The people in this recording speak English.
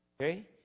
Okay